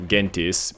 Gentis